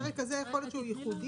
יכול להיות שהפרק הזה הוא ייחודי.